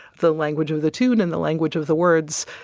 the language of the tune and the language of the words.